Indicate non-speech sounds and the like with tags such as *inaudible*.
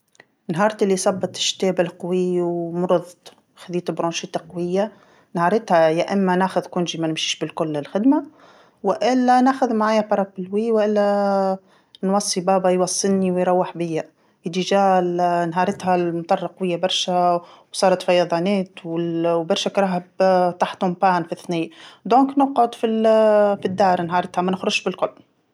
نهارة اللي صبت الشتا بالقوي ومرضت، خذيت إلتهاب الشعب الهوائيه قويه، نهارتها يا إما ناخذ عطلة مرضية ما نمشيش بالكل للخدمة، وإلا ناخذ معايا مظلة ولا نوصي بابا يوصلني ويروح بيا، أساسا *hesitation* نهارتها المطر قويه برشا وصارت فياضانات وال- برشا كرهب طاحت معطلة في، *unintelligible* إذن نقعد فال- الدار نهارتها ما نخرجش بالكل.